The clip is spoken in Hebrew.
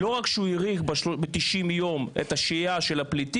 הם נדרשים לקבוע תור, עד שמצליחים לקבוע תור.